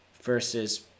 versus